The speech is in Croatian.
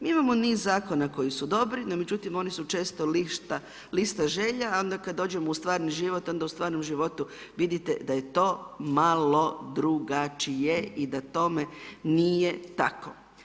Imamo niz zakona koji su dobri, no međutim oni su često lista želja, a onda kad dođemo u stvarni život, onda u stvarnom životu vidite da je to malo drugačije i da tome nije tako.